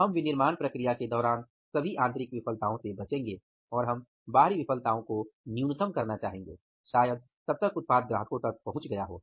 हम विनिर्माण प्रक्रिया के दौरान सभी आंतरिक विफलताओं से बचेंगे और हम बाहरी विफलताओं को न्यूनतम करना चाहेंगे शायद तब तक उत्पाद ग्राहकों तक पहुंच गया हो